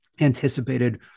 anticipated